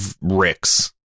Rick's